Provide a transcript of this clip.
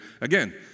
again